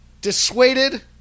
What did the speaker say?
dissuaded